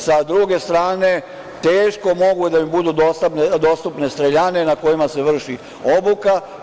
Sa druge strane, teško mogu da im budu dostupne streljane na kojima se vrši obuka.